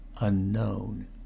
unknown